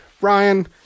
Ryan